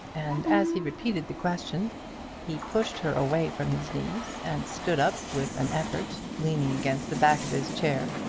and as he repeated the question he pushed her away from his knees and stood up with an effort, leaning against the back of his chair.